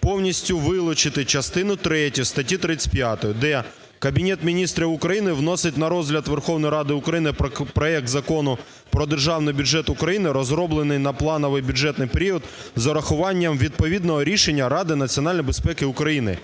повністю вилучити частину третю статті 35, де Кабінет Міністрів України вносить на розгляд Верховної Ради України проект Закону про Державний бюджет України, розроблений на плановий бюджетний період з урахуванням відповідного рішення Ради національної безпеки України.